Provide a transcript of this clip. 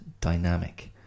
dynamic